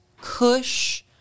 cush